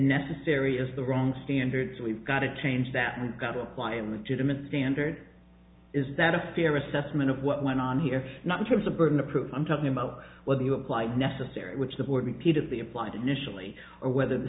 necessary is the wrong standard so we've got to change that we've got to apply and to them in standard is that a fair assessment of what went on here not in terms of burden of proof i'm talking about whether you applied necessary which the board repeatedly applied initially or whether the